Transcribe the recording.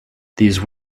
these